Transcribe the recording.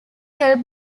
help